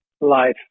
life